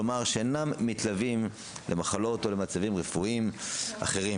כלומר שאינם מתלווים למחלות או למצבים רפואיים אחרים,